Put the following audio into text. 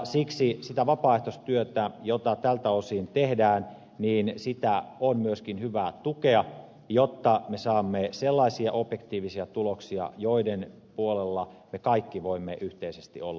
siksi sitä vapaaehtoistyötä jota tältä osin tehdään on myöskin hyvä tukea jotta me saamme sellaisia objektiivisia tuloksia joiden puolella me kaikki voimme yhteisesti olla